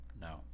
no